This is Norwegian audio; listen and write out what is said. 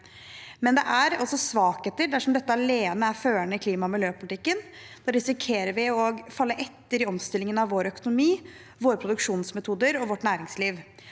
Men det er også svakheter dersom dette alene er førende for klima- og miljøpolitikken. Da risikerer vi å falle etter i omstillingen av vår økonomi, våre produksjonsmetoder og vårt næringsliv.